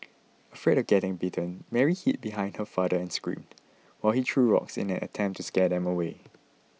afraid of getting bitten Mary hid behind her father and screamed while he threw rocks in an attempt to scare them away